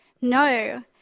no